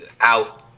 out –